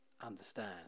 understand